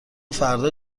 فردا